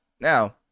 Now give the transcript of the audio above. now